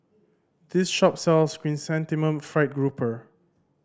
this shop sells Chrysanthemum Fried Grouper